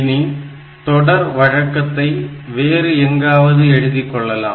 இனி தொடர் வழக்கத்தை வேறு எங்காவது எழுதிக் கொள்ளலாம்